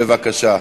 בבקשה.